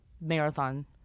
marathon